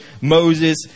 Moses